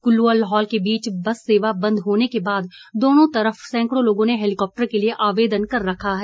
कुल्लू और लाहौल के बीच बस सेवा बंद होने के बाद दोनों तरफ सैंकड़ों लोगों ने हेलीकाप्टर के लिए आवेदन कर रखा है